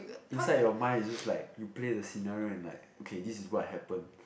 inside your mind is just like you play the scenario and like okay this is what happen